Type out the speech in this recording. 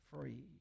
free